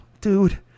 dude